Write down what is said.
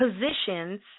positions